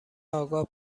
آگاه